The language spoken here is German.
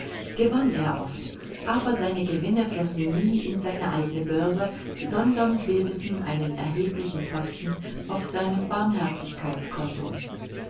gewann er oft aber seine gewinnste flossen nie in seine eigene börse sondern bildeten einen erheblichen posten auf seinem